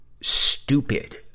stupid